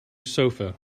sofa